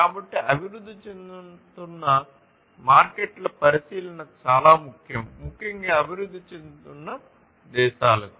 కాబట్టి అభివృద్ధి చెందుతున్న మార్కెట్ల పరిశీలన చాలా ముఖ్యం ముఖ్యంగా అభివృద్ధి చెందుతున్న దేశాలకు